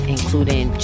Including